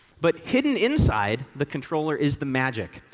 but hidden inside the controller is the magic.